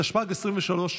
התשפ"ג 2023,